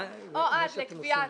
או עד להסדרתן.